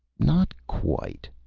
not quite,